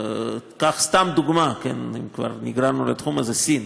קח סתם, לדוגמה, אם כבר נגררנו לתחום הזה, סין.